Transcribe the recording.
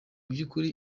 byukuri